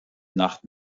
nacht